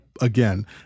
again